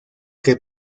que